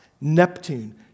Neptune